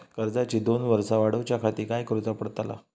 कर्जाची दोन वर्सा वाढवच्याखाती काय करुचा पडताला?